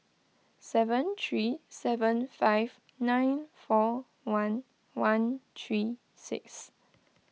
seven three seven five nine four one one three six